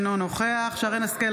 אינו נוכח שרן מרים השכל,